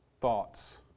thoughts